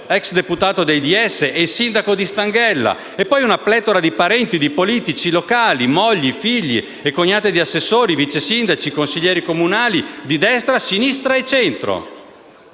ex deputato dei DS e sindaco di Stanghella. E poi una pletora di parenti di politici locali: mogli, figli e cognate di assessori, vicesindaci, consiglieri comunali di destra, sinistra e centro.